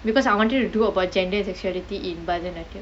because I wanted to do about gender sexuality in bharathanatyam